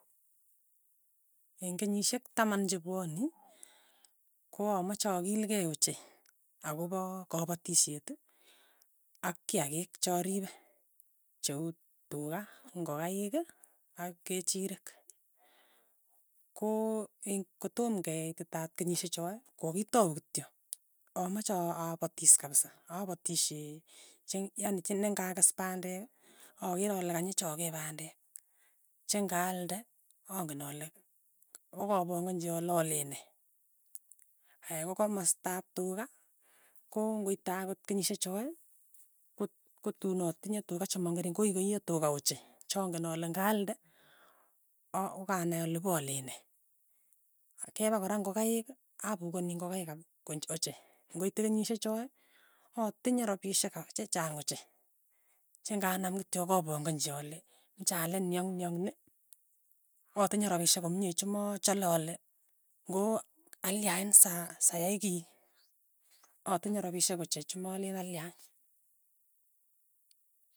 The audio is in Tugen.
Eng' kenyishek taman che pwani, ko amache akilkei ochei akopa kapatishet ak kiakiik cho ripe, cheu tuka, ing'okaik, ak kechirek, ko ing' kotom keeititaat kenyishechoe, kokakitau kityo, amache aa- apatis kapsa, apatishee cheng yani ki neng'akes pandek akere kole kanyi choge pandek, che ng'aalde ang'en ale ng'okapang'anchi ale aale nee, aya, ko komasta ap tuka, ko ng'oite akot kenyishe choe, kot kotun atinye tuka chemang'ering, koi koiyo tuka ochei, changen ale ng'aalde, aa kokanai ale poole nee, kepa kora ngokaik, apukani ing'okaik ap konch ochei, ng'oite kenyishek choe, atinye ropishek kap chechang ochei, chenganam kityok apang'anchi ale mache aale ni ak ni ak ni, atinye rapishek komie chemachole ale ng'o alyain sa sa yai kii, atinye rapishek ochei chimaleen alyain.